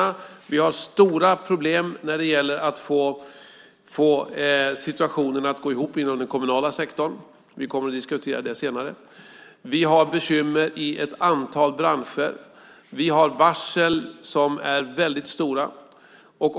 Vi har stora problemen med att få situationen att gå ihop inom den kommunala sektorn. Vi kommer att diskutera det senare. Vi har bekymmer i ett antal branscher. Vi har väldigt stora varsel.